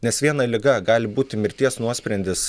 nes viena liga gali būti mirties nuosprendis